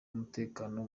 umutekano